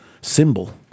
Symbol